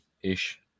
ish